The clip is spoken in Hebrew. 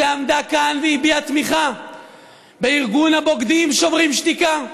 שעמדה כאן והביע תמיכה בארגון הבוגדים שוברים שתיקה,